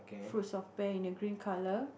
fruits of pear in a green color